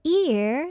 ear